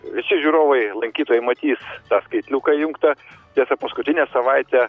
visi žiūrovai lankytojai matys tą skaitliuką įjungtą tiesa paskutinę savaitę